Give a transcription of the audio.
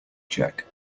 check